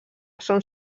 són